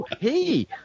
Hey